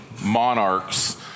monarchs